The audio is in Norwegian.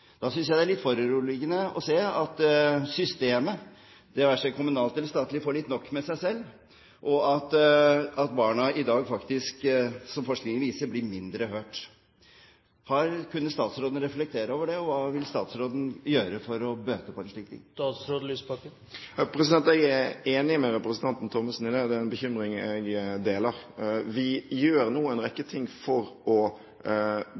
Da synes jeg det er litt foruroligende å se at systemet, det være seg kommunalt eller statlig, får litt nok med seg selv, og at barna i dag faktisk, som forskningen viser, blir mindre hørt. Kunne statsråden reflektere over det? Og hva vil statsråden gjøre for å bøte på en slik ting? Jeg er enig med representanten Thommessen i det, det er en bekymring jeg deler. Vi gjør nå en rekke ting for å